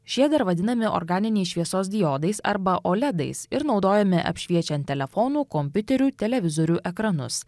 šie dar vadinami organiniais šviesos diodais arba oledais ir naudojami apšviečiant telefonų kompiuterių televizorių ekranus